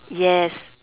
yes